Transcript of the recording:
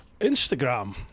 Instagram